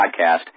podcast